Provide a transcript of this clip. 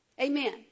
Amen